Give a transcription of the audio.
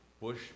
Bush